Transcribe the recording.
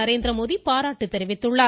நரேந்திரமோடி பாராட்டு தெரிவித்துள்ளார்